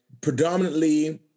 predominantly